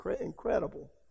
incredible